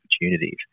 opportunities